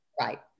Right